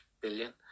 billion